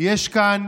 יש כאן